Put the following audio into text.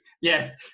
Yes